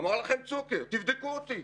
אמר לכם צוקר תבדקו אותי,